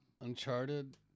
Uncharted